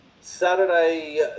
Saturday